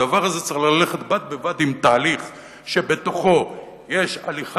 הדבר הזה צריך ללכת בד בבד עם תהליך שבתוכו יש הליכה